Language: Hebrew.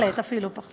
בהחלט, אפילו פחות.